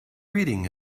reading